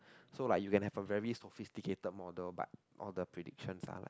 so like you can have a very sophisticate model but all the predictions are like